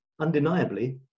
undeniably